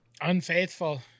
Unfaithful